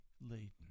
laden